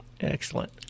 excellent